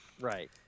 right